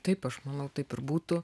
taip aš manau taip ir būtų